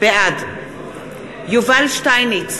בעד יובל שטייניץ,